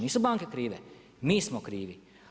Nisu banke krive, mi smo krivi.